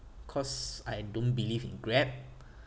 cause I don't believe in grab